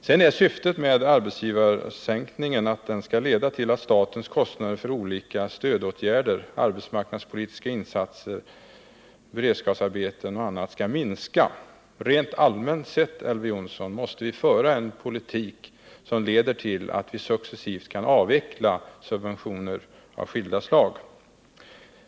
Syftet med sänkningen av arbetsgivaravgiften är att den skall leda till att statens kostnader för olika stödåtgärder — arbetsmarknadspolitiska insatser, beredskapsarbeten och annat — skall minska. Rent allmänt sett, Elver Jonsson, måste vi föra en politik som leder till att vi successivt kan avveckla subventioner av skilda slag.